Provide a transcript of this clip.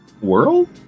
world